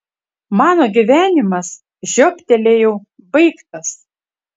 mano gyvenimas žiobtelėjau baigtas